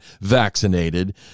vaccinated